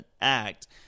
act